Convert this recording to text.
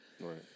Right